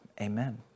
Amen